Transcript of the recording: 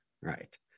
Right